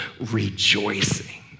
rejoicing